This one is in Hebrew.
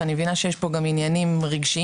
ואני מבינה שיש פה גם עניינים רגשיים,